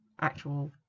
actual